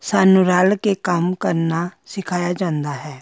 ਸਾਨੂੰ ਰਲ ਕੇ ਕੰਮ ਕਰਨਾ ਸਿਖਾਇਆ ਜਾਂਦਾ ਹੈ